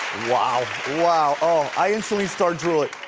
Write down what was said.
wow, wow, oh i instantly start drooling.